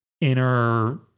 inner